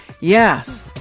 yes